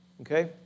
okay